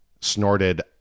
snorted